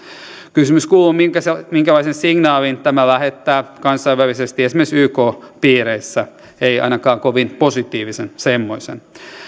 kysymys kuuluu minkälaisen signaalin tämä lähettää kansainvälisesti esimerkiksi yk piireissä ei ainakaan kovin positiivista semmoista